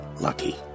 lucky